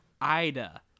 Ida